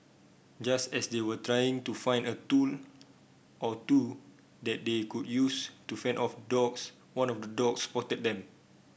just as they were trying to find a tool or two that they could use to fend off dogs one of the dogs spotted them